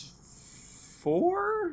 Four